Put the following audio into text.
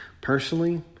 Personally